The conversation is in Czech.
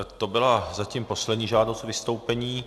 To byla zatím poslední žádost o vystoupení.